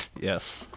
Yes